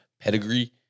pedigree